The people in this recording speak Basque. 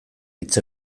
hitz